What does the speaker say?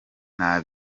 nta